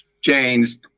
changed